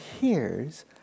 hears